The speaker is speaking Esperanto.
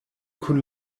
kun